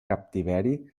captiveri